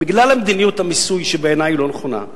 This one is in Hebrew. בגלל מדיניות המיסוי, שבעיני היא לא נכונה.